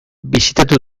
bisitatu